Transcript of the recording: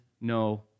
no